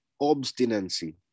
obstinacy